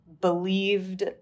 believed